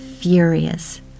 furious